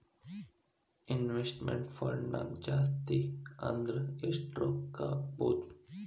Investment ಫಂಡ್ನ್ಯಾಗ ಜಾಸ್ತಿ ಅಂದ್ರ ಯೆಷ್ಟ್ ರೊಕ್ಕಾ ಹಾಕ್ಬೋದ್?